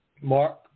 Mark